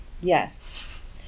yes